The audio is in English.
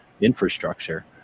infrastructure